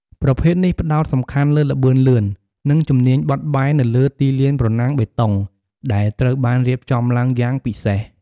ប្រភេទនេះផ្តោតសំខាន់លើល្បឿនលឿន និងជំនាញបត់បែននៅលើទីលានប្រណាំងបេតុងដែលត្រូវបានរៀបចំឡើងយ៉ាងពិសេស។